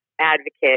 advocate